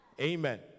Amen